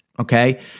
okay